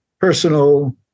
personal